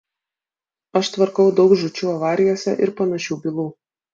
aš tvarkau daug žūčių avarijose ir panašių bylų